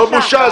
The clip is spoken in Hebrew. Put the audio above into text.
לא בושה.